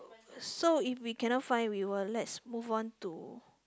so if we cannot find we will let's move on to